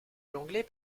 l’anglais